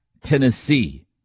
Tennessee